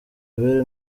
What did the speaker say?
abere